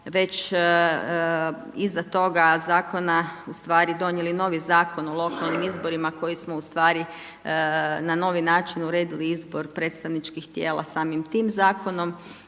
već iza toga zakona u stvari donijeli novi Zakon o lokalnim izborima koji smo ustvari na novi način uredili izbor predstavničkih tijela samim tim zakonom